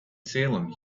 salem